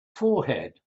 forehead